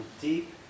deep